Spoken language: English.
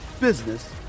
business